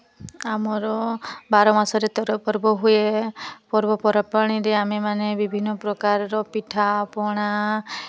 ଆମର ବାର ମାସରେ ତେର ପର୍ବ ହୁଏ ପର୍ବପର୍ବାଣୀରେ ଆମେ ମାନେ ବିଭିନ୍ନ ପ୍ରକାରର ପିଠା ପଣା